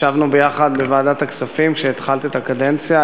ישבנו ביחד בוועדת הכספים כשהתחלת את הקדנציה,